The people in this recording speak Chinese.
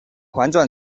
环状